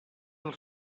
del